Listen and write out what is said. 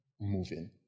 moving